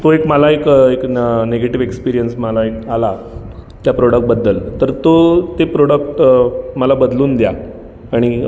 तो एक मला एक एक निगेटीव एक्सपिरिअन्स मला एक आला त्या प्रोडक्टबद्दल तर तो ते प्रोडक्ट अ मला बदलून द्या आणि